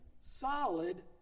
solid